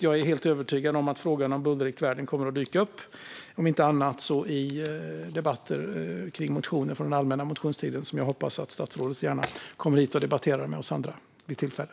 Jag är helt övertygad om att frågan om bullerriktvärden kommer att dyka upp, om inte annat så i debatter kring motioner från den allmänna motionstiden, som jag hoppas att statsrådet gärna kommer hit och debatterar med oss vid tillfälle.